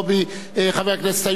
חבר הכנסת איוב קרא,